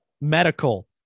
Medical